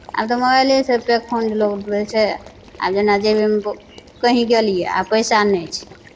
आब तऽ मोबाइलेसँ पे फोन लोक लगबै छै आब जेना जेबीमे कहीँ गेलियै आ पैसा नहि छै